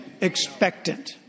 expectant